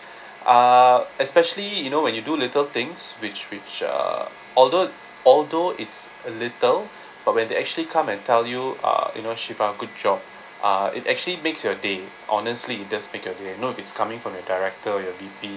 uh especially you know when you do little things which which uh although although it's a little but when they actually come and tell you uh you know she done a good job uh it actually makes your day honestly that makes your day you know if it's coming from your director your V_P